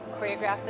choreographed